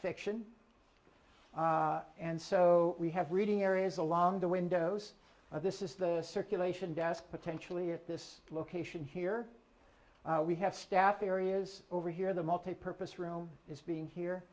section and so we have reading areas along the windows of this is the circulation desk potentially at this location here we have staff areas over here the multipurpose room is being here